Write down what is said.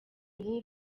ubu